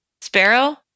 Sparrow